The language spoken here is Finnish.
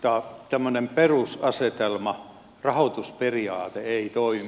tämmöinen perusasetelma rahoitusperiaate ei toimi